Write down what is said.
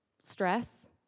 stress